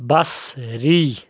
بَصری